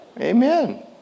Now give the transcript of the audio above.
Amen